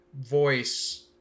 voice